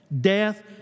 death